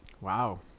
Wow